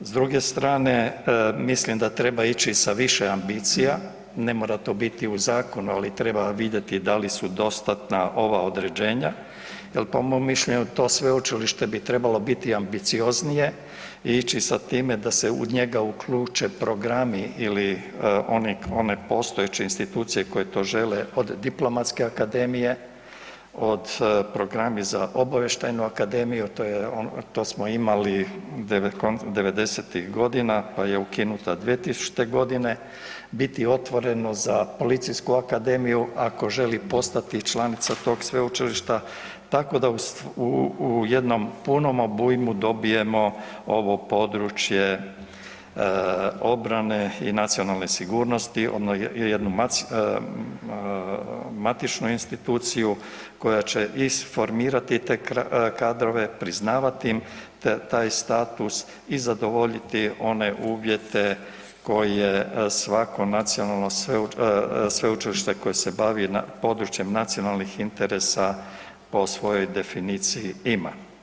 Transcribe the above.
S druge strane mislim da treba ići sa više ambicija, ne mora to biti u zakonu, ali treba vidjeti da li su dostatna ova određenja jel po mom mišljenju to sveučilište bi trebalo biti ambicioznije i ići sa time da se u njega uključe programi ili oni, one postojeće institucije koje to žele, od diplomatske akademije, od programi za obavještajnu akademiju, to je ono, to smo imali 90.-tih godina, pa je ukinuta 2000. godine, biti otvoreno za policijsku akademiju ako želi postati članica tog sveučilišta, tako da u jednom punom obujmu dobijemo ovo područje obrane i nacionalne sigurnosti ono jednu matičnu instituciju koja će isformirati te kadrove, priznavati im taj status i zadovoljiti one uvjete koje svako nacionalno sveučilište koje se bavi područjem nacionalnih interesa po svojoj definiciji ima.